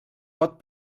pot